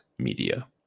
media